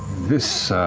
this